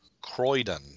Croydon